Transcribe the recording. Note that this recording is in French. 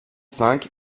cinq